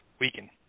Weaken